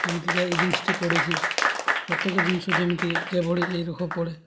ଯେମିତିକା ଏଇ ଜିନ୍ସଟି ପଡ଼ିଛି ପ୍ରତ୍ୟେକ ଜିନିଷ ଯେମିତି ଯେଭଳି ଏଇ ରକମ୍ ପଡ଼େ